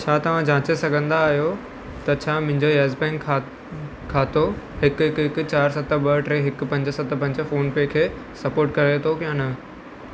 छा तव्हां जांचे सघंदा आहियो त छा मुंहिंजो यैस बैंक बैंक ख खातो हिकु हिकु हिकु चारि सत ॿ टे हिकु पंज सत पंज फोनपे खे सपोट करे थो या न